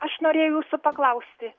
aš norėjau jūsų paklausti